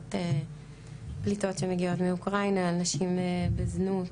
פליטות שמגיעות מאוקראינה, על נשים בזנות,